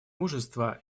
мужество